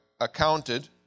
...accounted